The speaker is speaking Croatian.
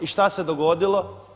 I šta se dogodilo?